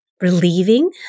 relieving